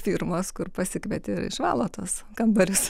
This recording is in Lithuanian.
firmos kur pasikvieti ir išvalo tuos kambarius